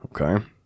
okay